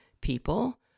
people